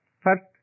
First